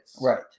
Right